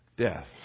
Death